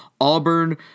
Auburn